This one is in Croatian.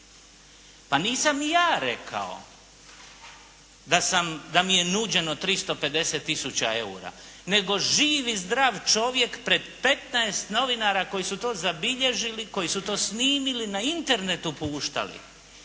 Pa nisam ni ja rekao da mi je nuđeno 350 tisuća eura, nego živ i zdrav čovjek pred 15 novinara koji su to zabilježili koji su to snimili, na Internetu puštali,